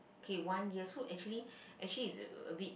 okay one year so actually actually it's uh a bit